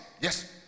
yes